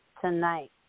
tonight